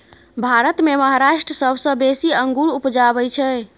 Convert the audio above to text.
भारत मे महाराष्ट्र सबसँ बेसी अंगुर उपजाबै छै